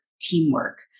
teamwork